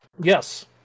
yes